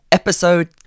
episode